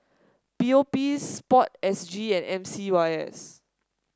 P O P sport S G and M C Y S